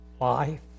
life